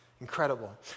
Incredible